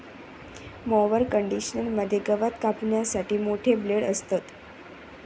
mower conditioner मध्ये गवत कापण्यासाठी मोठे ब्लेड असतत